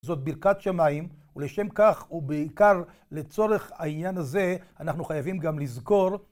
זאת ברכת שמיים, ולשם כך, ובעיקר לצורך העניין הזה, אנחנו חייבים גם לזכור